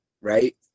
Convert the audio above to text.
right